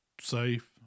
safe